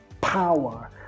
power